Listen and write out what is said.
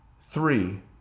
Three